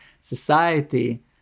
society